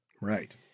Right